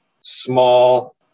small